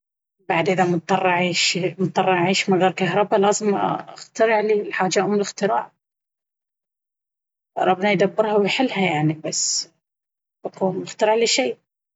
بعد اذا مضطرة أعيش من غير كهرباء لازم اخترع لي... الحاجة ام الاختراع... ربنا يدبرها ويحلها يعني بس... بقوم باخترع لي شي.